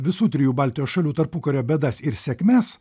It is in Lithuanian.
visų trijų baltijos šalių tarpukario bėdas ir sėkmes